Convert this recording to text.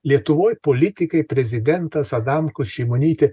lietuvoj politikai prezidentas adamkus šimonytė